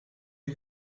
you